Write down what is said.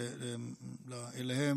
אליהן